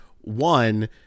one